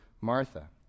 Martha